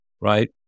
right